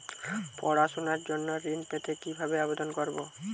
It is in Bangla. পড়াশুনা জন্য ঋণ পেতে কিভাবে আবেদন করব?